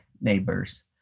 neighbors